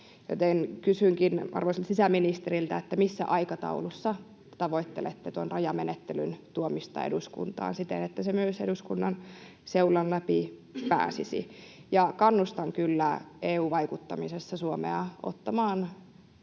Joten kysynkin arvoisalta sisäministeriltä: missä aikataulussa te tavoittelette tuon rajamenettelyn tuomista eduskuntaan siten, että se myös eduskunnan seulan läpi pääsisi? Kannustan kyllä EU-vaikuttamisessa Suomea ottamaan